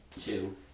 two